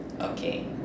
Okay